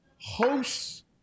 hosts